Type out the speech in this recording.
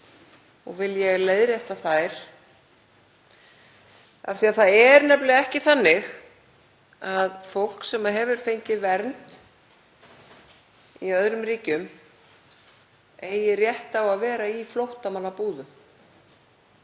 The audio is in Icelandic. og vil ég leiðrétta þær. Það er nefnilega ekki þannig að fólk sem hefur fengið vernd í öðrum ríkjum eigi rétt á að vera í flóttamannabúðum.